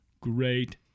great